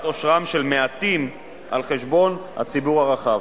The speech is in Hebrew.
עושרם של מעטים על חשבון הציבור הרחב.